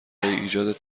ایجاد